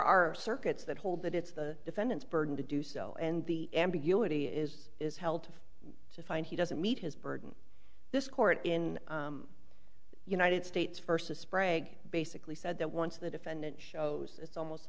are circuits that hold that it's the defendant's burden to do so and the ambiguity is is held to find he doesn't meet his burden this court in the united states versus sprague basically said that once the defendant shows it's almost